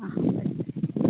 आ बरें